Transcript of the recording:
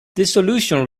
dissolution